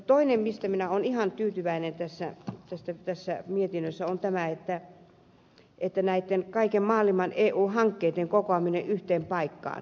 toinen asia johon minä olen ihan tyytyväinen tässä mietinnössä on tämä että näitten kaiken maailman eu hankkeitten kokoaminen yhteen paikkaan